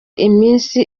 iminsi